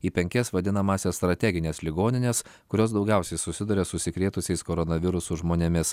į penkias vadinamąsias strategines ligonines kurios daugiausiai susiduria su užsikrėtusiais koronavirusu žmonėmis